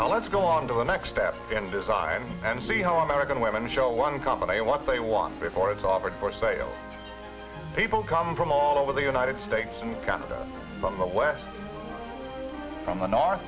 lead go on to the next step in design and see how american women show one company what they want before it's offered for sale people come from all over the united states and canada from the west from the north